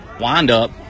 windup